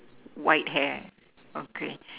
white hair okay